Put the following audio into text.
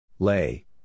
Lay